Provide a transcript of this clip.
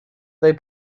they